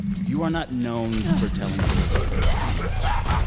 you are not known for telling stories that hurt this much.